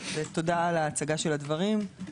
תודה על הצגת הדברים.